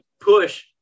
push